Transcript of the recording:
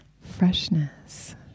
freshness